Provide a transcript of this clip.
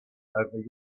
over